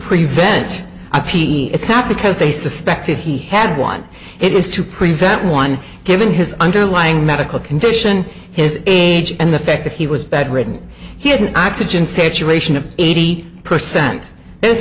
prevent a p it's not because they suspected he had one it is to prevent one given his underlying medical condition his age and the fact that he was bedridden he had an oxygen saturation of eighty percent is